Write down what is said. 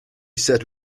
said